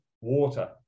water